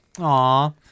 Aw